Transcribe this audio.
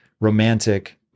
romantic